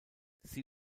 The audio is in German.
sie